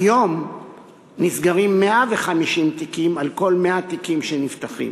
כיום נסגרים 105 תיקים על כל 100 תיקים שנפתחים.